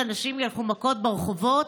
שאנשים ילכו מכות ברחובות?